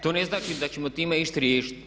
To ne znači da ćemo time išta riješiti.